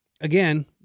Again